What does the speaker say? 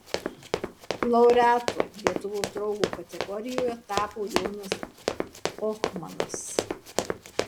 laureatu lietuvos draugo kategorijoje tapo jonas ohmanas